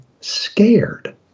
scared